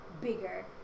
bigger